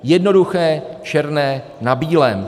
Jednoduché, černé na bílém.